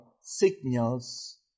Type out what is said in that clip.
signals